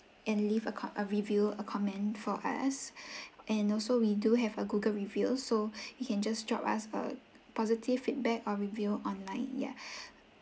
and leave a com~ a review a comment for us and also we do have a google review so you can just drop us a positive feedback or review online yeah